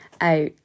out